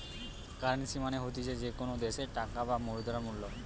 currency মানে হতিছে যে কোনো দ্যাশের টাকার বা মুদ্রার মূল্য